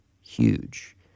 huge